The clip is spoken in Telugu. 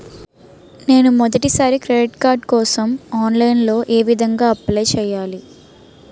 నేను మొదటిసారి క్రెడిట్ కార్డ్ కోసం ఆన్లైన్ లో ఏ విధంగా అప్లై చేయాలి?